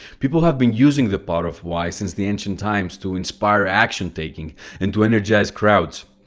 people have been using the power of why since the ancient times to inspire action taking and to energize crowds.